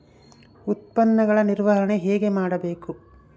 ಉತ್ಪನ್ನಗಳ ನಿರ್ವಹಣೆ ಹೇಗೆ ಮಾಡಬೇಕು?